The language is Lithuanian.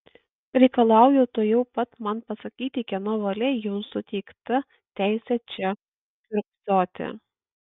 reikalauju tuojau pat man pasakyti kieno valia jums suteikta teisė čia kiurksoti